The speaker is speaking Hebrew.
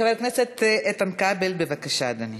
חבר הכנסת איתן כבל, בבקשה, אדוני.